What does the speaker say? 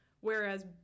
whereas